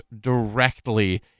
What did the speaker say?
directly